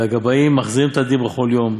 והגבאים מחזירין תדיר בכל יום,